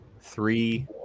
three